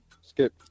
Skip